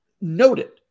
noted